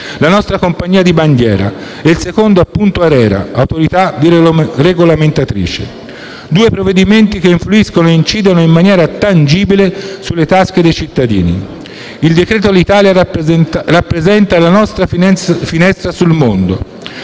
la nostra compagnia di bandiera, e il secondo appunto ARERA, l'autorità regolamentatrice; due provvedimenti che influiscono e incidono in maniera tangibile sulle tasche dei cittadini. Il decreto-legge sull'Alitalia rappresenta la nostra finestra sul mondo;